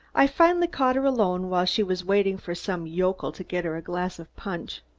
i finally caught her alone while she was waiting for some yokel to get her a glass of punch.